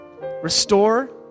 Restore